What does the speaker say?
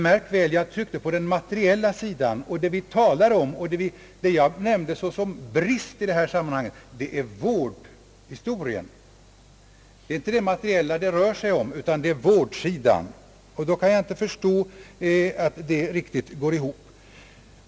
Märk väl att jag i mitt anförande tryckte på den materiella sidan. Det jag i sammanhanget ansåg vara en brist är vården.